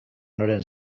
noren